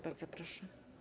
Bardzo proszę.